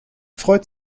freut